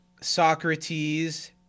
Socrates